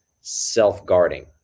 self-guarding